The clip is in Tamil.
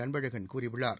அன்பழகன் கூறியுள்ளார்